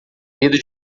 medo